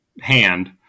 hand